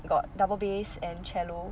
got double bass and cello